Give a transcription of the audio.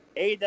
AW